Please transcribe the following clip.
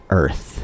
earth